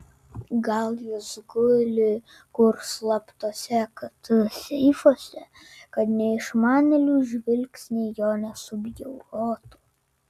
gal jis guli kur slaptuose kt seifuose kad neišmanėlių žvilgsniai jo nesubjaurotų